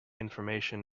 information